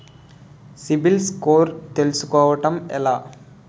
CIBIL score తెల్సుకోటం ఎలా?